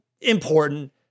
important